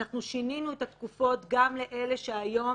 שינינו את התקופות גם לאלה שהיום